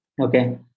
Okay